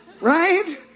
Right